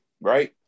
right